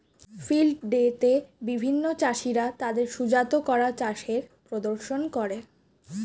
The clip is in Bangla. ফিল্ড ডে তে বিভিন্ন চাষীরা তাদের সুজাত করা চাষের প্রদর্শন করে